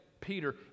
Peter